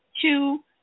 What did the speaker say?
two